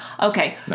Okay